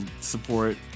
support